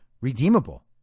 redeemable